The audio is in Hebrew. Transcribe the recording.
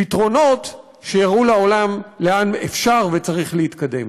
פתרונות שיראו לעולם לאן אפשר וצריך להתקדם.